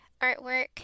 artwork